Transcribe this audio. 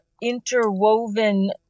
interwoven